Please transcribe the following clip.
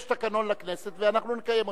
יש תקנון לכנסת ואנחנו נקיים אותו.